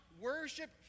worship